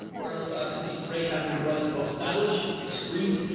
wireless options. ray county earbuds, both stylish, discreet,